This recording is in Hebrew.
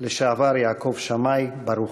לשעבר יעקב שמאי ברוך.